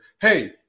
hey